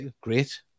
great